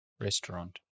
restaurant